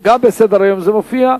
גם בסדר-היום זה מופיע,